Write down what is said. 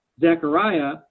Zechariah